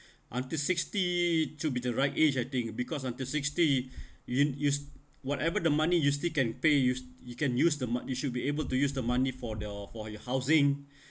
until sixty to be the right age I think because until sixty you yous~ whatever the money you still can pay use you can use the mat~ you should be able to use the money for the for your housing